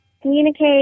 Communicate